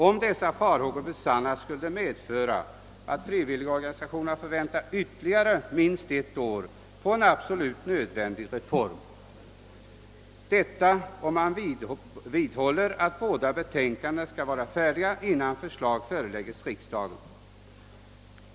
Om dessa farhågor besannas, skulle det medföra att frivilligorganisationerna får vänta ytterligare minst ett år på en absolut nödvändig reform; detta om man vidhåller att båda betänkandena skall vara färdiga innan förslag föreläggs riksdagen.